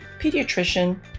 pediatrician